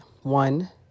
one